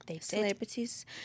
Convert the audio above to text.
celebrities